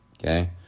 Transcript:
Okay